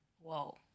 whoa